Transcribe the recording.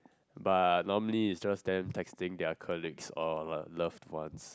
but normally it's just them texting their colleagues and loved ones